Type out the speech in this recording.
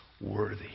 worthy